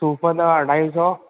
सूफ़ु अथव अढाई सौ